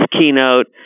keynote